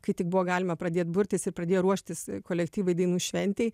kai tik buvo galima pradėt burtis ir pradėjo ruoštis kolektyvai dainų šventei